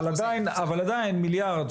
אבל עדיין מיליארד,